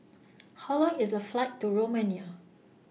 How Long IS The Flight to Romania